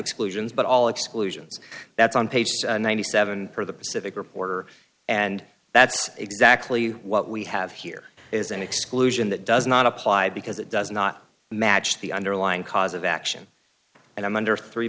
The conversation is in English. exclusions but all exclusions that's on page ninety seven for the pacific reporter and that's exactly what we have here is an exclusion that does not apply because it does not match the underlying cause of action and i'm under three